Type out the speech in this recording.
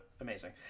amazing